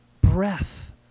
breath